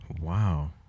wow